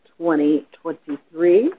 2023